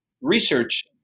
research